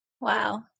Wow